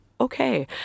okay